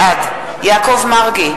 בעד יעקב מרגי,